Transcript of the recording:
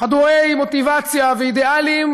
חדורי מוטיבציה, אידיאלים